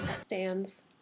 stands